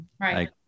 Right